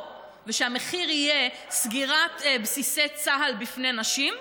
ושהמחיר יהיה סגירת בסיסי צה"ל בפני נשים,